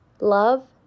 love